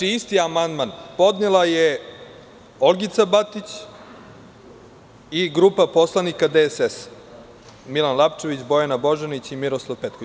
Isti amandman podnela je Olgica Batić i grupa poslanika DSS – Milan Lapčević, Bojana Božanić i Miroslav Petković.